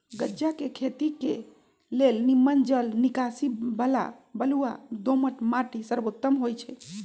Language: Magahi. गञजा के खेती के लेल निम्मन जल निकासी बला बलुआ दोमट माटि सर्वोत्तम होइ छइ